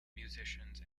musicians